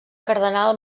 cardenal